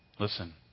Listen